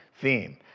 theme